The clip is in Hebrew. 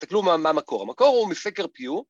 הסתכלו מה המקור, המקור הוא מסקר פיור.